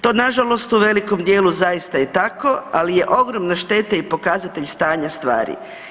To nažalost u velikom djelu zaista je tako ali je ogromna šteta i pokazatelj stanja stvari.